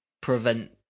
prevent